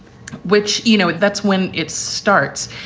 which you know, that's when it starts.